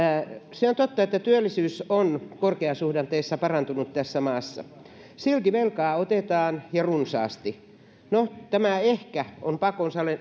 se on totta että työllisyys on korkeasuhdanteessa parantunut tässä maassa silti velkaa otetaan ja runsaasti no tämä ehkä on pakon